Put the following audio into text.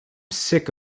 sick